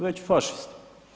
Već fašisti.